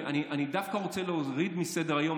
ואני דווקא רוצה להוריד את זה מסדר-היום,